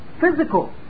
physical